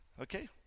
Okay